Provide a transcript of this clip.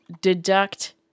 deduct